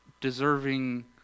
deserving